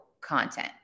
content